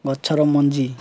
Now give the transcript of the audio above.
ଗଛର ମଞ୍ଜି